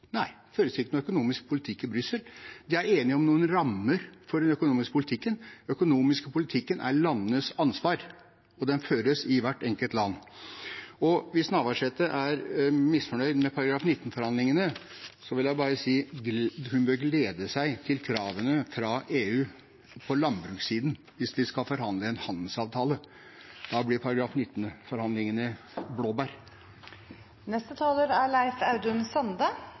Nei, det føres ingen økonomisk politikk i Brussel, men de er enige om noen rammer for den økonomiske politikken. Den økonomiske politikken er landenes ansvar, og den føres i hvert enkelt land. Og hvis Navarsete er misfornøyd med artikkel 19-forhandlingene, vil jeg bare si: Hun bør glede seg til kravene fra EU på landbrukssiden. Hvis vi skal forhandle en handelsavtale, blir artikkel 19-forhandlingene blåbær. Representanten Leif Audun Sande